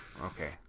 okay